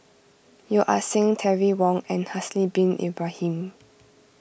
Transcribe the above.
Yeo Ah Seng Terry Wong and Haslir Bin Ibrahim